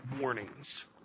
warnings